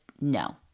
no